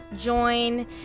join